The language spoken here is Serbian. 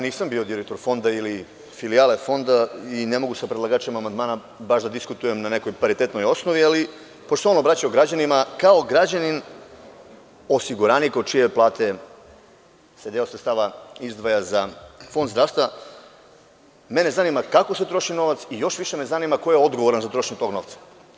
Nisam bio direktor fonda ili filijale fonda, i ne mogu sa predlagačima amandmana da diskutujem na paritetnoj osnovi, ali pošto se on obraćao građanima, kao građanin, osiguranik, od čije plate se deo sredstava izdvaja za Fond zdravstva, mene zanima kako se troši novac i još više me zanima ko je odgovoran za trošenje tog novca.